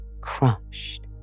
crushed